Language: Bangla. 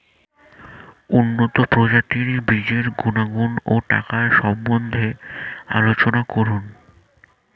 উন্নত প্রজাতির বীজের গুণাগুণ ও টাকার সম্বন্ধে আলোচনা করুন